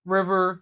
River